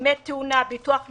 דמי תאונה, ביטוח מתנדבים,